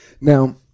Now